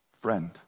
Friend